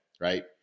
right